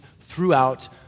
throughout